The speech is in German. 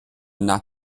nach